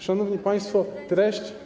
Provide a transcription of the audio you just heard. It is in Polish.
Szanowni państwo, treść.